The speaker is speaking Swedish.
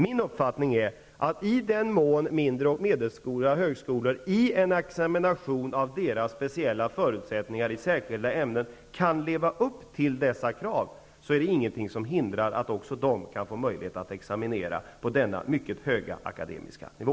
Min uppfattning är, att i den mån mindre och medelstora högskolor i en examination av deras speciella förutsättningar i särskilda ämnen kan leva upp till dessa krav, är det ingenting som hindrar att också de kan få möjlighet att examinera på denna mycket höga akademiska nivå.